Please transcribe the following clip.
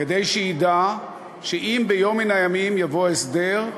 כדי שידע שאם ביום מן הימים יבוא הסדר,